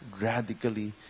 radically